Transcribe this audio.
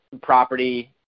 property